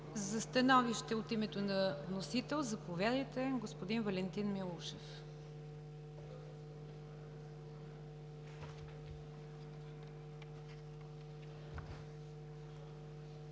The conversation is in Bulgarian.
За становище от името на вносител, заповядайте господин Валентин Милушев.